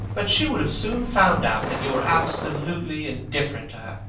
but she would have soon found out that you were absolutely indifferent to her.